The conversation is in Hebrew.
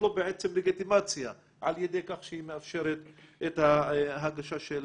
בעצם לגיטימציה על ידי כך שהיא מאפשרת את ההגשה של